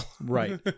Right